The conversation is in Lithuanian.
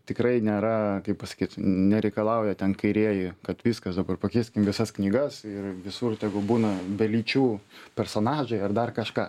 tikrai nėra kaip pasakyt nereikalauja ten kairieji kad viskas dabar pakeiskim visas knygas ir visur tegul būna be lyčių personažai ar dar kažką